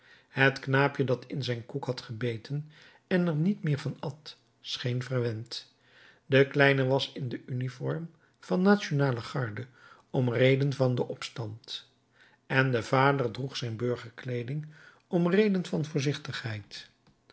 het knaapje dat in zijn koek had gebeten en er niet meer van at scheen verwend de kleine was in de uniform van nationale garde om reden van den opstand en de vader droeg zijn burgerkleeding om reden van voorzichtigheid